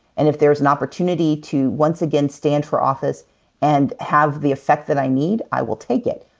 and if there's an opportunity to once again stand for office and have the effect that i need, i will take it.